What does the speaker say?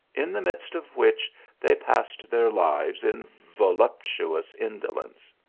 in the midst of which they passed their lives in voluptuous indolence.